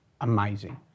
amazing